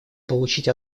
получить